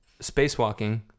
spacewalking